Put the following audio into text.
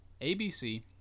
ABC